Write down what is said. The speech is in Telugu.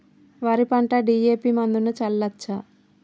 వరి పంట డి.ఎ.పి మందును చల్లచ్చా?